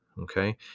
Okay